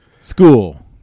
school